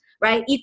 right